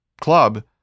club